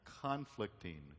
conflicting